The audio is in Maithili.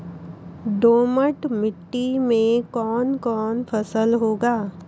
दोमट मिट्टी मे कौन कौन फसल होगा?